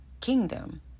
kingdom